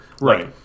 right